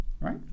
right